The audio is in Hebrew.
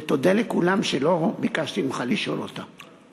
ותודה לכולם שלא ביקשתי ממך לשאול אותה.